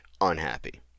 unhappy